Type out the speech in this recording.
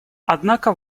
однако